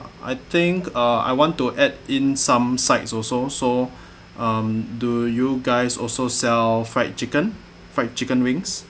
I think uh I want to add in some sides also so um do you guys also sell fried chicken fried chicken wings